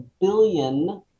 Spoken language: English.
billion